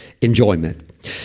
enjoyment